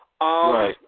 Right